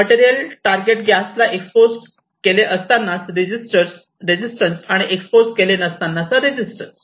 material target गॅसला expose केले असतानाच रेजिस्टन्स आणि एक्सपोज केले नसताना चा रेजिस्टन्स